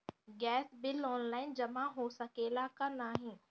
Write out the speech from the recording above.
Gas bill online जमा हो सकेला का नाहीं?